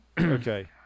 okay